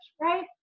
right